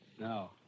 No